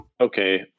okay